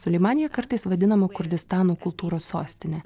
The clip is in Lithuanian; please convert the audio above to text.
suleimanija kartais vadinama kurdistano kultūros sostine